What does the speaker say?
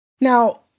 Now